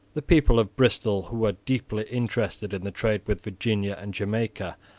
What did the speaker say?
the people of bristol, who were deeply interested in the trade with virginia and jamaica,